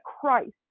Christ